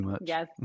yes